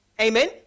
Amen